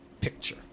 picture